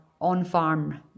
on-farm